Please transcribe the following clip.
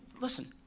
listen